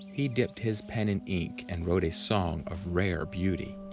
he dipped his pen in ink and wrote a song of rare beauty.